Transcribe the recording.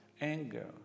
anger